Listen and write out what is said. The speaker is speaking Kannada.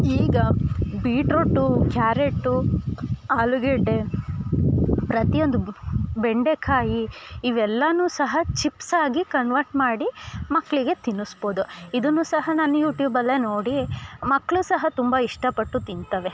ಈಗ ಬೀಟ್ರೋಟು ಕ್ಯಾರೇಟು ಆಲೂಗಡ್ಡೆ ಪ್ರತಿಯೊಂದು ಬೆಂಡೆ ಕಾಯಿ ಇವೆಲ್ಲಾ ಸಹ ಚಿಪ್ಸ್ ಆಗಿ ಕನ್ವರ್ಟ್ ಮಾಡಿ ಮಕ್ಕಳಿಗೆ ತಿನ್ನಿಸ್ಬೋದು ಇದನ್ನೂ ಸಹ ನಾನು ಯೂಟ್ಯೂಬಲ್ಲೇ ನೋಡಿ ಮಕ್ಕಳು ಸಹ ತುಂಬ ಇಷ್ಟ ಪಟ್ಟು ತಿಂತಾವೆ